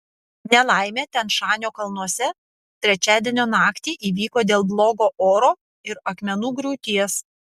nelaimė tian šanio kalnuose trečiadienio naktį įvyko dėl blogo oro ir akmenų griūties